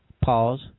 pause